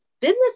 business